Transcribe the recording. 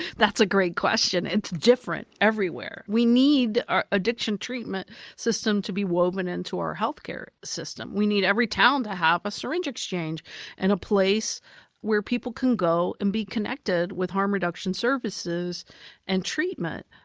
that's a great question, it's different everywhere. we need addiction treatment system to be woven into our healthcare system. we need every town to have a syringe exchange and a place where people can go and be connected with harm reduction services and treatment,